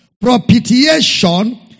Propitiation